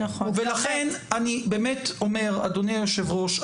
אדוני היושב-ראש,